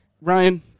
Ryan